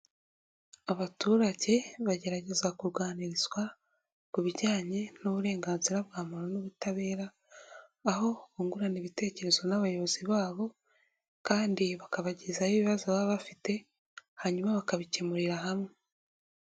Abaturage bagerageza kuganirizwa ku bijyanye n'uburenganzira bwa muntu n'ubutabera. Aho bungurana ibitekerezo n'abayobozi babo kandi bakabagezaho ibibazo baba bafite hanyuma bakabikemurira hamwe.